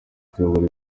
kuyobora